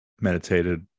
meditated